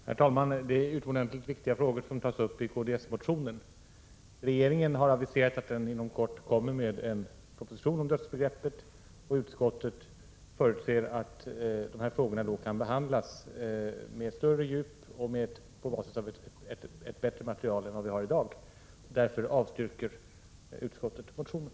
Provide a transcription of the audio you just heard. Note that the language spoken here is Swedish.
Herr talman! Det är utomordentligt viktiga frågor som tas upp i kdsmotionen. Regeringen har aviserat att den inom kort kommer att framlägga en proposition om dödsbegreppet, och utskottet förutser att dessa frågor då kan behandlas med större djup och på basis av ett bättre material än vad vi har i dag. Därför avstyrker utskottet motionen.